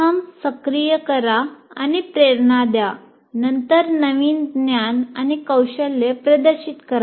प्रथम सक्रिय करा आणि प्रेरणा द्या नंतर नवीन ज्ञान आणि कौशल्ये प्रदर्शित करा